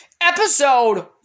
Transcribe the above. Episode